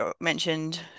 mentioned